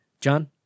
John